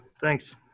thanks